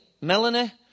Melanie